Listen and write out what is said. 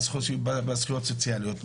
בזכויות הסוציאליות שלהם,